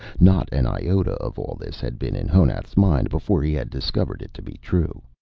not an iota of all this had been in honath's mind before he had discovered it to be true.